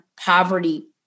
poverty